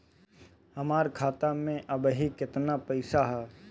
हमार खाता मे अबही केतना पैसा ह?